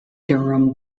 durham